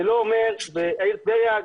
לשיטת העיר טבריה,